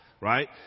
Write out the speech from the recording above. Right